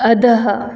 अधः